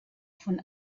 von